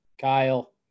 Kyle